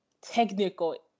technical